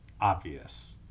obvious